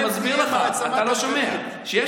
אני מסביר לך, אתה לא שומע, שיש